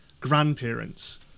grandparents